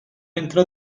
entre